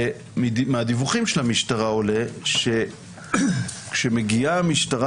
מהדיווחים של המשטרה עולה שכשמגיעה המשטרה